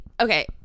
Okay